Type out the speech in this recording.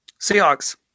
Seahawks